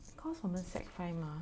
because 我们 sec five mah